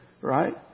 right